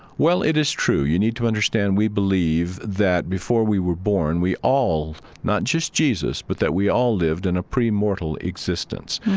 well, it is true. you need to understand we believe that before we were born, we all, not just jesus, but that we all lived in a premortal existence.